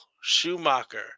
Schumacher